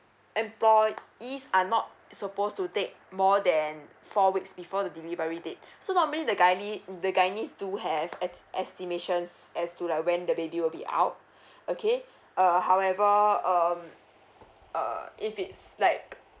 employees are not suppose to take more than four weeks before the delivery date so normally the gynae the gynae do have es~ estimations as to like when the baby will be out okay uh however um uh if it's like